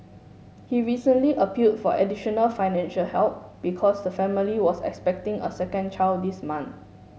he recently appealed for additional financial help because the family was expecting a second child this month